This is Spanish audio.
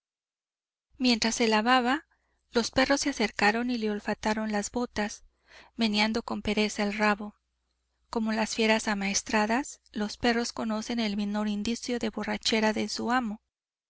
mientras se lavaba los perros se acercaron y le olfatearon las botas meneando con pereza el rabo como las fieras amaestradas los perros conocen el menor indicio de borrachera en su amo